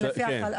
כן.